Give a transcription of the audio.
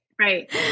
right